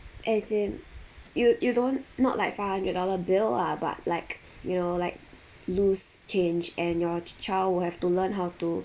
as in you you don't not like five hundred dollar bill ah but like you know like loose change and your child will have to learn how to